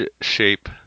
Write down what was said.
shape